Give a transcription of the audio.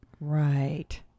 Right